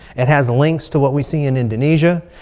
it has links to what we see in indonesia.